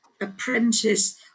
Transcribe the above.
apprentice